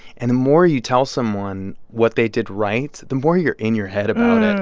and the more you tell someone what they did right, the more you're in your head about it.